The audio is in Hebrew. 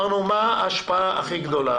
אמרנו מה ההשפעה הכי גדולה.